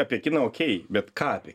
apie kiną okei bet ką apie